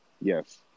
yes